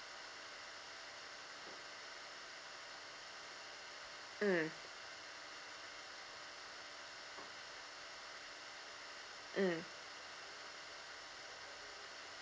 mm mm